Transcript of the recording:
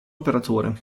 operatore